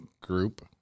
group